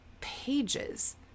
pages